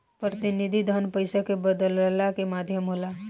प्रतिनिधि धन पईसा के बदलला के माध्यम होला